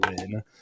win